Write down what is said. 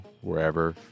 wherever